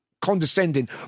condescending